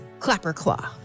Clapperclaw